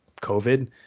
COVID